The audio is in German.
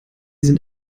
sind